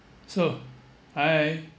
so hi